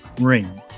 rings